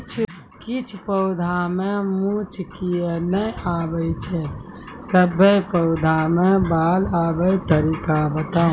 किछ पौधा मे मूँछ किये नै आबै छै, सभे पौधा मे बाल आबे तरीका बताऊ?